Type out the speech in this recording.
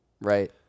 Right